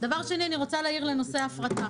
דבר שני, אני רוצה להעיר לנושא ההפרטה.